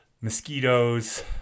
mosquitoes